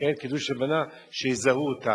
קידוש לבנה, שיזהו אותם.